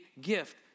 gift